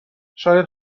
شاید